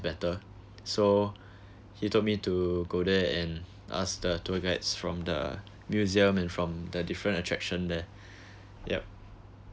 better so he told me to go there and ask the tour guides from the museum and from the different attraction there yup